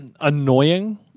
annoying